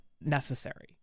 Necessary